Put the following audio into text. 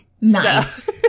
Nice